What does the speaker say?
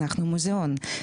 אנחנו מוזיאון,